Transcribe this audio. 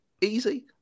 Easy